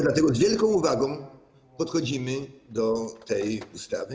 Dlatego z wielką uwagą podchodzimy do tej ustawy.